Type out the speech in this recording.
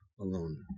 alone